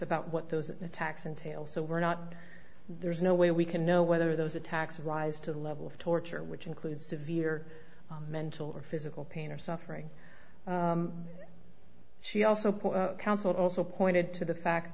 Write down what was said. about what those attacks entailed so we're not there's no way we can know whether those attacks rise to the level of torture which includes severe mental or physical pain or suffering she also counsel also pointed to the fact